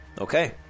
Okay